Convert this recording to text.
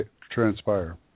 transpire